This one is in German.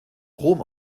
rom